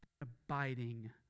abiding